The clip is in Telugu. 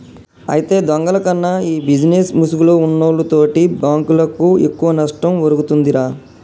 అయితే దొంగల కన్నా ఈ బిజినేస్ ముసుగులో ఉన్నోల్లు తోటి బాంకులకు ఎక్కువ నష్టం ఒరుగుతుందిరా